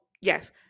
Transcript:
yes